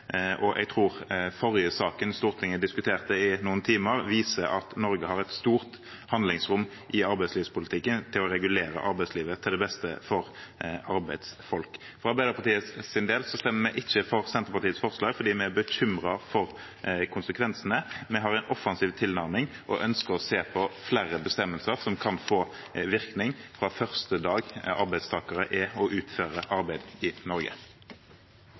og jeg tror forrige sak Stortinget diskuterte i noen timer, viser at Norge har et stort handlingsrom i arbeidslivspolitikken til å regulere arbeidslivet til det beste for arbeidsfolk. For Arbeiderpartiets del stemmer vi ikke for Senterpartiets forslag, for vi er bekymret for konsekvensene. Vi har en offensiv tilnærming og ønsker å se på flere bestemmelser som kan få virkning fra første dag arbeidstakere utfører arbeid i Norge.